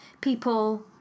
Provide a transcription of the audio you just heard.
people